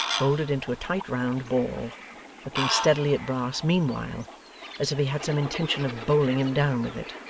rolled it into a tight round ball looking steadily at brass meanwhile as if he had some intention of bowling him down with it.